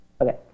okay